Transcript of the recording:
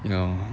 you know